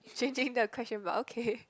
changing the question but okay